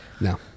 No